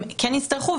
הם כן יצטרכו,